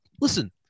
listen